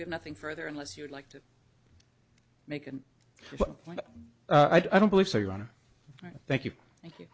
nothing further unless you'd like to make a point i don't believe so your honor thank you thank you